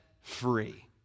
free